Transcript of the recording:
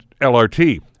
LRT